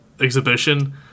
exhibition